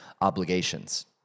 obligations